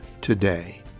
today